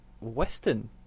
Western